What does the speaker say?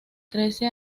trece